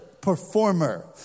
performer